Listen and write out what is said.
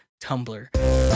Tumblr